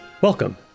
Welcome